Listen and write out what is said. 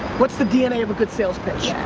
what's the dna of a good sales pitch?